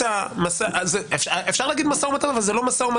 ללכת למסעות